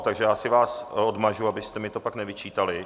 Takže si vás odmažu, abyste mi to pak nevyčítali.